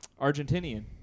Argentinian